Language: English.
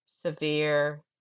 severe